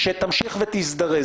שתמשיך ותזדרז.